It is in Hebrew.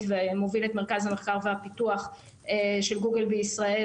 ומוביל את מרכז המחקר והפיתוח של גוגל בישראל,